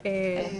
הערות?